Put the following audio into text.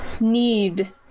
need